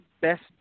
best